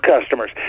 customers